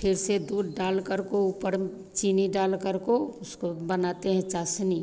फिर से दूध डाल करको ऊपर चीनी डालकर को उसको बनाते हैं चाशनी